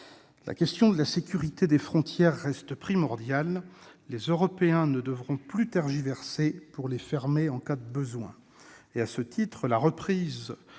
La question de la sécurité des frontières reste primordiale. Les Européens ne devront plus tergiverser pour les fermer en cas de besoin. À ce titre, la reprise